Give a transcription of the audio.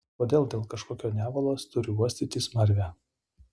kodėl dėl kažkokio nevalos turiu uostyti smarvę